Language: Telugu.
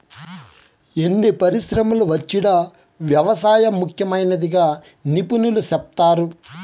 ఎన్ని పరిశ్రమలు వచ్చినా వ్యవసాయం ముఖ్యమైనదిగా నిపుణులు సెప్తారు